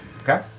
Okay